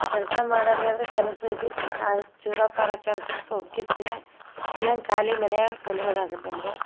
ಕೆಲಸ ಮಾಡೋರಿಗಾದ್ರೆ ಕೆಲಸ ಇದೆ ಆದ್ರೆ ಛೂರ ಪಾರ ಕೆಲ್ಸಕ್ಕೆ ಹೊಕ್ಕಿರ್ತಿವ ಇಲ್ಲಂದ್ರೆ ಖಾಲಿ ಮನ್ಯಾಗ ಕುಂದ್ರದಾಗತ್ತೆ ನಮ್ಗೆ